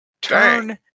Turn